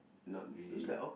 not really